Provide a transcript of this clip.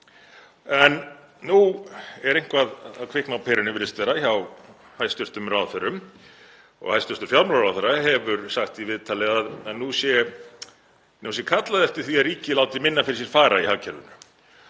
En nú er eitthvað að kvikna á perunni, virðist vera, hjá hæstv. ráðherrum. Hæstv. fjármálaráðherra hefur sagt í viðtali að nú sé kallað eftir því að ríkið láti minna fyrir sér fara í hagkerfinu.